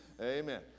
Amen